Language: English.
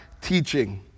teaching